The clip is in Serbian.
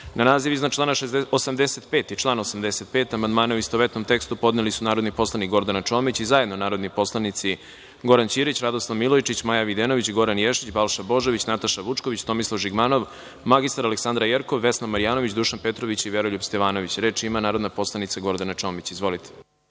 naziv iznad člana 85. i član 85. amandmane u istovetnom tekstu podneli su narodni poslanik Gordana Čomić i zajedno narodni poslanici Goran Ćirić, Radoslav Milojičić, Maja Videnović, Goran Ješić, Balša Božović, Nataša Vučković, Tomislav Žigmanov, mr Aleksandra Jerkov, Vesna Marjanović, Dušan Petrović i Veroljub Stevanović. Reč ima narodna poslanica Gordana Čomić. Izvolite.